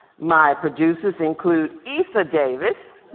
my producers include eisa davis